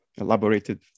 elaborated